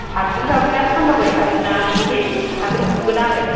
हाद्रिफ्राबो दा सानदावबाय हाबाय थादोंना इसे हाद्रि खुगोन आरो